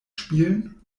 spielen